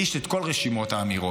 אבל לי יש את רשימת כל האמירות.